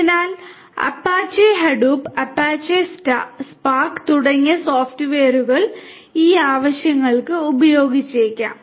അതിനാൽ Apache Hadoop തുടങ്ങിയ സോഫ്റ്റ്വെയറുകൾ ഈ ആവശ്യങ്ങൾക്ക് ഉപയോഗിച്ചേക്കാം